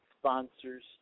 sponsors